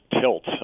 tilt